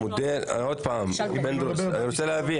המודל, עוד פעם פינדרוס, אני רוצה להבין.